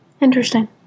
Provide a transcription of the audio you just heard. Interesting